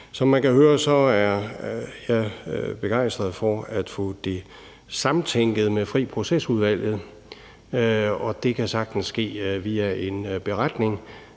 Som man kan høre, er jeg begejstret for at få det samtænkt med fri proces-udvalget, og det kan sagtens ske via en beretning,